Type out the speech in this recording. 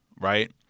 right